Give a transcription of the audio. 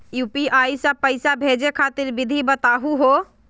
UPI स पैसा भेजै खातिर विधि बताहु हो?